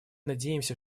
надеемся